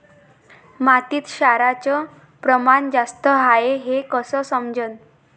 मातीत क्षाराचं प्रमान जास्त हाये हे कस समजन?